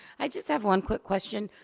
i just have one quick question.